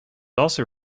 also